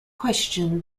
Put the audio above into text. question